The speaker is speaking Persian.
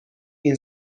این